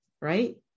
right